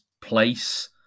place